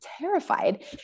terrified